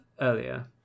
earlier